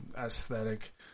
aesthetic